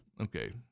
Okay